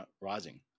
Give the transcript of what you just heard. rising